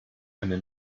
eine